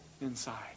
inside